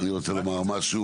אני רק רוצה לומר משהו,